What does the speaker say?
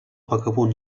vagabund